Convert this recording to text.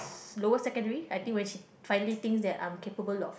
lower secondary I think when she finally thinks that I'm capable of